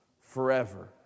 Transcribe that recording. forever